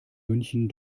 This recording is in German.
münchen